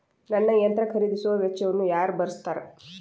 ನನ್ನ ಯಂತ್ರ ಖರೇದಿಸುವ ವೆಚ್ಚವನ್ನು ಯಾರ ಭರ್ಸತಾರ್?